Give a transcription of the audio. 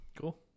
Cool